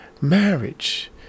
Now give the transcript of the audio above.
marriage